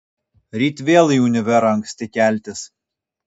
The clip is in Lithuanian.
ryt vėl į univerą anksti keltis